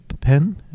pen